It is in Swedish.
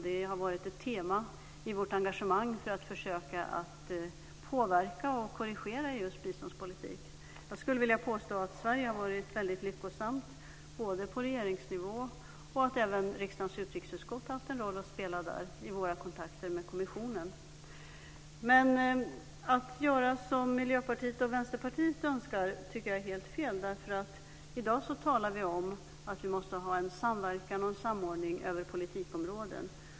Det har varit ett tema i vårt engagemang för att försöka påverka och korrigera EU:s biståndspolitik. Jag skulle vilja påstå att Sverige har varit väldigt lyckosamt på regeringsnivå, och riksdagens utrikesutskott har också haft en roll att spela i Sveriges kontakter med kommissionen. Jag tycker att det är helt fel att göra som Miljöpartiet och Vänsterpartiet önskar. I dag talar vi om att vi måste ha en samverkan och en samordning över politikområden.